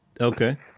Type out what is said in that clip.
Okay